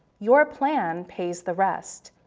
your plan pays the rest.